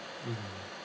mmhmm